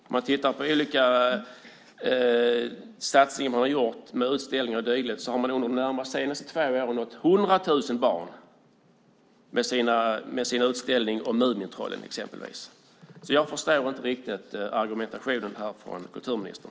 Om man tittar på olika satsningar som de har gjort med utställningar och dylikt har de de senaste två åren nått 100 000 barn med sin utställning om Mumintrollen exempelvis. Jag förstår inte riktigt argumentationen från kulturministern.